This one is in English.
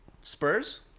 Spurs